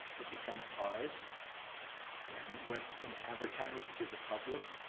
it becomes ours and what's been advertised to the public,